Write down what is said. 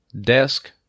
desk